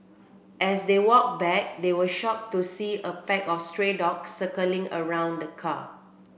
as they walked back they were shocked to see a pack of stray dogs circling around the car